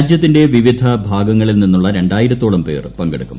രാജ്യത്തിന്റെ വിവിധ ഭാഗങ്ങളിൽ നിന്നുള്ള രണ്ടായിരത്തോളം പേർ പങ്കെടുക്കും